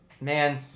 Man